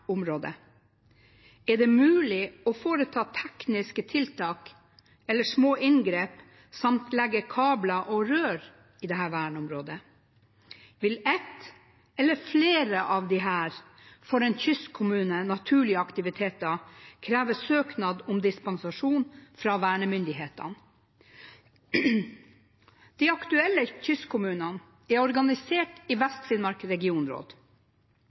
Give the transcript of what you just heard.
området? Er det mulig å foreta tekniske tiltak/små inngrep samt legge kabler og rør i dette verneområdet? Vil ett eller flere av de for en kystkommune naturlige aktiviteter kreve søknad om dispensasjon fra vernemyndighetene? De aktuelle kystkommunene er organisert i Vest-Finnmark regionråd.